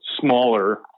smaller